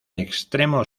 extremo